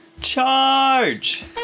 Charge